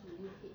with it